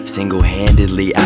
Single-handedly